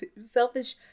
selfish